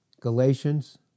Galatians